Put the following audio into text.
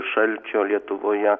šalčio lietuvoje